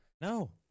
No